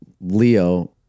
Leo